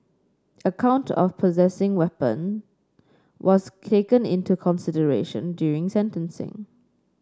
a count of possessing the weapon was taken into consideration during sentencing